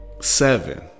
seven